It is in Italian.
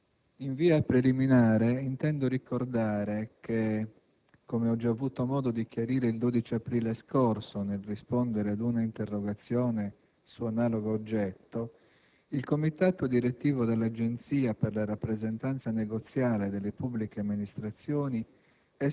in via preliminare, intendo ricordare che, come ho già avuto modo di chiarire il 12 aprile scorso nel rispondere ad una interrogazione su analogo oggetto, il comitato direttivo dell'Agenzia per la rappresentanza negoziale delle pubbliche amministrazioni